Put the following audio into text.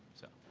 so.